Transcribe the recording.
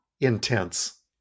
Intense